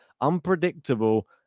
unpredictable